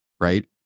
right